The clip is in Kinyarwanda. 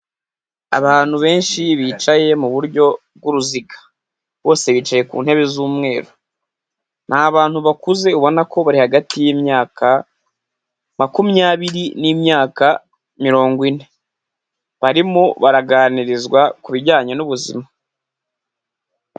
Abantu benshi bicaye mu buryo bw'uruziga. Bose bicaye ku ntebe z'umweru. Ni abantu bakuze ubona ko bari hagati y'imyaka makumyabiri n'imyaka mirongo ine. Barimo baraganirizwa ku bijyanye n'ubuzima.